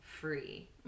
free